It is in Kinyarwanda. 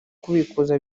kubikuza